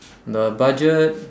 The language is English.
the budget